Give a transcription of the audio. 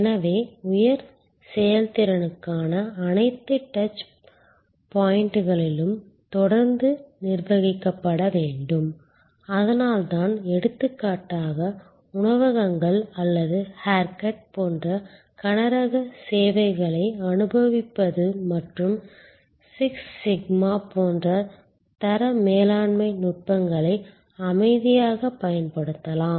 எனவே உயர் செயல்திறனுக்கான அனைத்து டச் பாயிண்டுகளும் தொடர்ந்து நிர்வகிக்கப்பட வேண்டும் அதனால்தான் எடுத்துக்காட்டாக உணவகங்கள் அல்லது ஹேர்கட் போன்ற கனரக சேவைகளை அனுபவிப்பது மற்றும் சிக்ஸ் சிக்மா போன்ற தர மேலாண்மை நுட்பங்களை அமைதியாகப் பயன்படுத்தலாம்